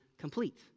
complete